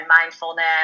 mindfulness